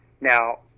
Now